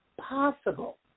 possible